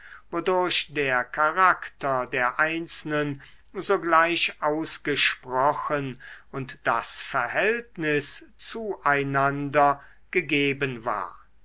wodurch der charakter der einzelnen sogleich ausgesprochen und das verhältnis zu einander gegeben war